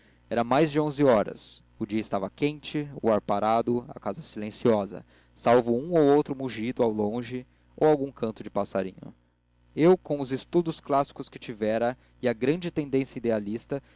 era mais de onze horas o dia estava quente o ar parado a casa silenciosa salvo um ou outro mugido ao longe ou algum canto de passarinho eu com os estudos clássicos que tivera e a grande tendência idealista